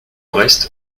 reste